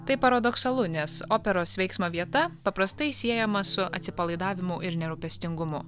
tai paradoksalu nes operos veiksmo vieta paprastai siejama su atsipalaidavimu ir nerūpestingumu